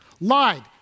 Lied